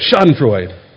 schadenfreude